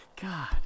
God